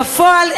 בפועל,